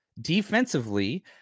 Defensively